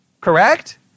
Correct